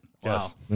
Yes